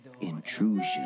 intrusion